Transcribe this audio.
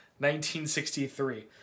1963